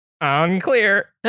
Unclear